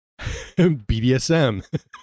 BDSM